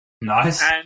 Nice